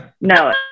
no